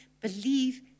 believe